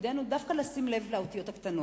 מתפקידנו דווקא לשים לב לאותיות הקטנות.